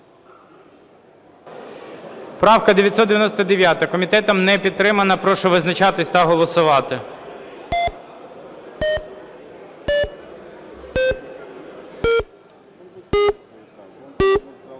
Івченка. Комітетом не підтримана. Прошу визначатися та голосувати.